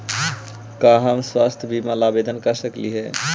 का हम स्वास्थ्य बीमा ला आवेदन कर सकली हे?